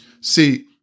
See